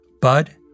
Bud